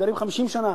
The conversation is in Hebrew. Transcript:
גרים 50 שנה,